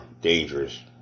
dangerous